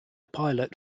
pilot